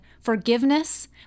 forgiveness